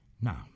Now